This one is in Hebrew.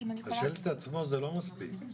אבל שלט זה לא מספיק.